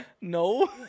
No